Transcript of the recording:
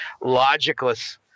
logicless